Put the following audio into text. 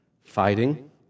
Fighting